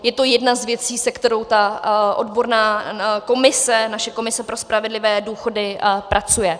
Je to jedna z věcí, se kterou ta odborná komise, naše komise pro spravedlivé důchody, pracuje.